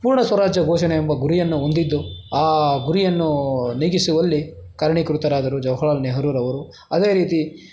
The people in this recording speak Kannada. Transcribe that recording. ಪೂರ್ಣ ಸ್ವರಾಜ್ಯ ಘೋಷಣೆ ಎಂಬ ಗುರಿಯನ್ನು ಹೊಂದಿದ್ದು ಆ ಗುರಿಯನ್ನೂ ನೀಗಿಸುವಲ್ಲಿ ಕಾರಣೀಕೃತರಾದರು ಜವಹರಲಾಲ್ ನೆಹರೂರವರು ಅದೇ ರೀತಿ